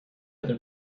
other